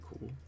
cool